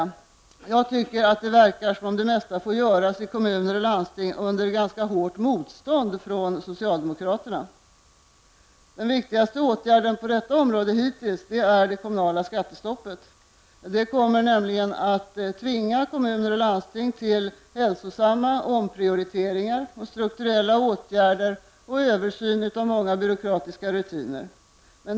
Jag tycker att det verkar som om det mesta får göras i kommuner och landsting under ganska hårt motstånd från socialdemokraterna. Den viktigaste åtgärden på detta område hittills är det kommunala skattestoppet. Det kommer att tvinga kommuner och landsting till hälsosamma omprioriteringar, strukturella åtgärder och översyn av många byråkratiska rutiner.